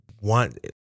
want